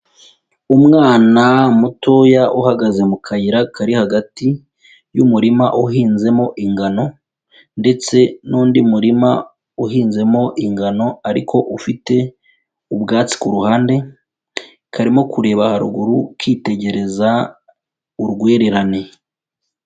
Umwana mutoya uhagaze mu kayira kari hagati y'umurima uhinzemo ingano ndetse n'undi murima uhinzemo ingano ariko ufite ubwatsi ku ruhande, karimo kureba haruguru kitegereza urwererane.